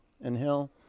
Inhale